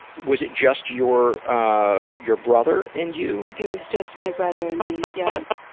was it just your ah your brother and you? it was just my brother and me, yep.